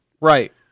Right